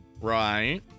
Right